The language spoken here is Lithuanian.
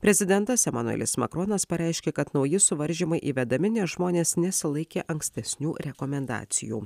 prezidentas emanuelis makronas pareiškė kad nauji suvaržymai įvedami nes žmonės nesilaikė ankstesnių rekomendacijų